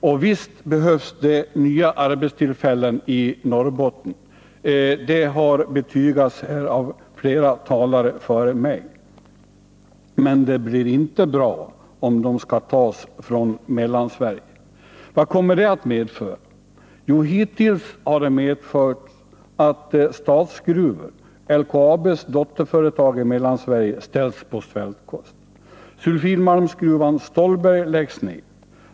Och visst behövs det nya arbetstillfällen i Norrbotten — det har intygats av flera talare före mig. Men det är inte bra om dessa tas från Mellansverige. Vad kommer det att medföra? Ja, hittills har det medfört att Statsgruvor, LKAB:s dotterföretag i Mellansverige, ställts på svältkost. Sulfidmalmsgruvan Stollberg läggs ned.